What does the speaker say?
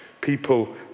People